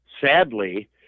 sadly